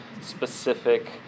specific